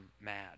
mad